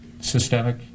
systemic